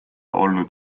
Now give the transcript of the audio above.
olnud